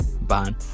ban